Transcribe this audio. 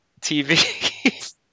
TV